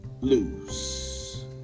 Lose